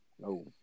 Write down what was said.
No